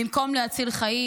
במקום להציל חיים,